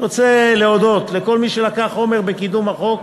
אני רוצה להודות לכל מי שלקח חלק בקידום החוק,